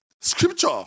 scripture